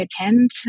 attend